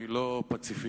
אני לא פציפיסט.